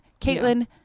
caitlin